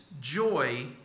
joy